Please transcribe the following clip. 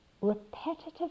repetitive